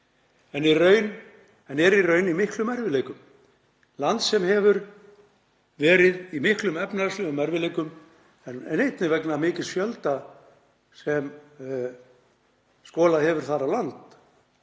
en er í raun í miklum erfiðleikum, lands sem hefur verið í miklum efnahagslegum erfiðleikum en einnig vegna mikils fjölda sem skolað hefur á land.